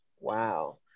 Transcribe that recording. Wow